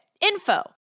info